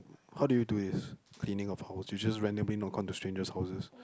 how do you do this cleaning of house you just randomly knock on the strangers' houses